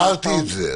לא אמרתי את זה.